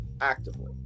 actively